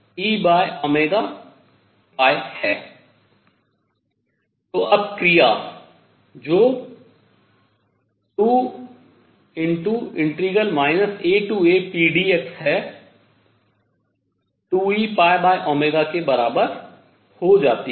तो अब क्रिया जो 2 AApdx है 2E के बराबर हो जाती है